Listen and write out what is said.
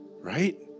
Right